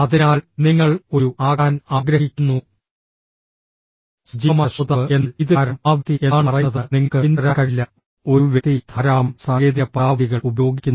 അതിനാൽ നിങ്ങൾ ഒരു ആകാൻ ആഗ്രഹിക്കുന്നു സജീവമായ ശ്രോതാവ് എന്നാൽ ഇത് കാരണം ആ വ്യക്തി എന്താണ് പറയുന്നതെന്ന് നിങ്ങൾക്ക് പിന്തുടരാൻ കഴിയില്ല ഒരു വ്യക്തി ധാരാളം സാങ്കേതിക പദാവലികൾ ഉപയോഗിക്കുന്നു